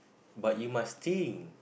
but you must think